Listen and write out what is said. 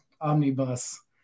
omnibus